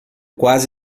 quase